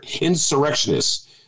insurrectionists